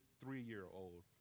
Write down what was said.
three-year-old